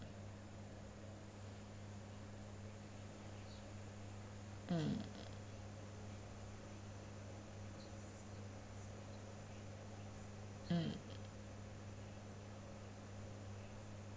mm mm